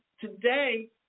today